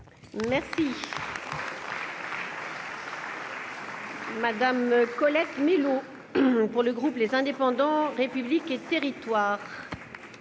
est à Mme Colette Mélot, pour le groupe Les Indépendants-République et Territoires.